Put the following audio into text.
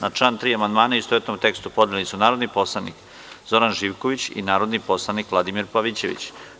Na član 3. amandmane u istovetnom tekstu podneli su narodni poslanik Zoran Živković i narodni poslanik Vladimir Pavićević.